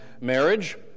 marriage